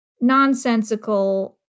nonsensical